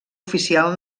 oficial